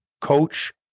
coach